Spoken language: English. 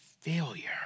failure